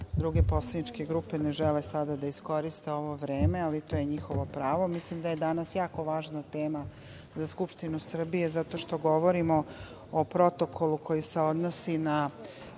druge poslaničke grupe ne žele sada da iskoriste ovo vreme, ali to je njihovo pravo. Mislim da je danas jako važna tema za Skupštinu Srbije zato što govorimo o protokolu koji se odnosi na